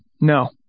No